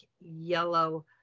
yellow